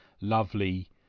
lovely